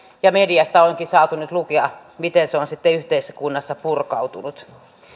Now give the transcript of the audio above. ja mediasta onkin saatu nyt lukea miten se on sitten yhteiskunnassa purkautunut